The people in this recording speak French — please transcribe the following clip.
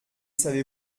savez